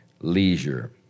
leisure